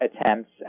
attempts